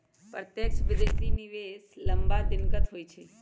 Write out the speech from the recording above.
प्रत्यक्ष विदेशी निवेश लम्मा दिनगत होइ छइ